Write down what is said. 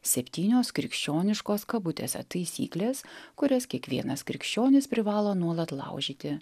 septynios krikščioniškos kabutėse taisyklės kurias kiekvienas krikščionis privalo nuolat laužyti